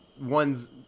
one's